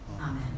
Amen